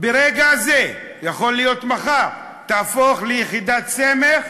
ברגע זה, יכול להיות מחר, תהפוך ליחידת סמך